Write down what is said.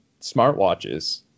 smartwatches